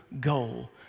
goal